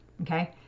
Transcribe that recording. okay